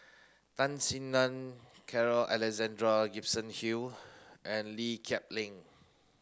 Tan Sin Nun Carl Alexander Gibson Hill and Lee Kip Lee